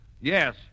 Yes